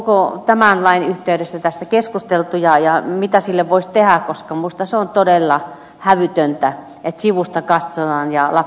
onko tämän lain yhteydessä tästä keskusteltu ja mitä sille voisi tehdä koska minusta se on todella hävytöntä että sivusta katsotaan ja lapsi joutuu kärsimään